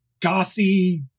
gothy